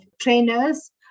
trainers